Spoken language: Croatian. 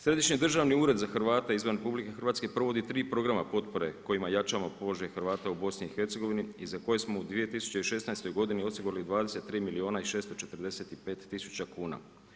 Središnji državni ured za Hrvate izvan RH, provodi 3 programa potpore kojima jačamo položaj Hrvata u BIH i za koje smo u 2016. osigurali 23 milijuna i 645000 kn.